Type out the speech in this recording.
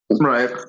Right